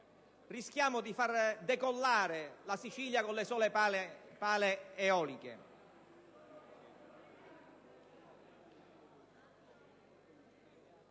rischiamo di far decollare la Sicilia con le sole pale eoliche.